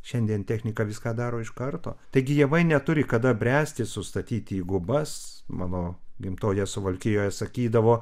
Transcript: šiandien techniką viską daro iš karto taigi javai neturi kada bręsti sustatyti į gubas mano gimtoje suvalkijoje sakydavo